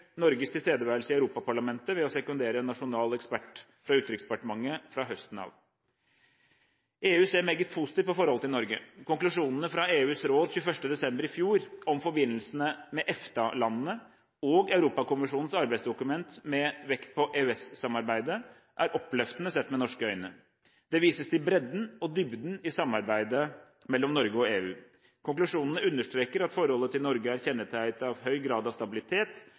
Norges tilstedeværelse i Europaparlamentet ved å sekundere en nasjonal ekspert fra Utenriksdepartementet fra høsten av. EU ser meget positivt på forholdet til Norge. Konklusjonene fra EUs råd 21. desember i fjor, om forbindelsene med EFTA-landene, og Europakommisjonens arbeidsdokument, med vekt på EØS-samarbeidet, er oppløftende sett med norske øyne. Det vises til bredden og dybden i samarbeidet mellom Norge og EU. Konklusjonene understreker at forholdet til Norge er kjennetegnet av høy grad av stabilitet